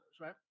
right